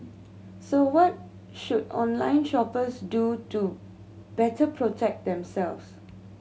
so what should online shoppers do to better protect themselves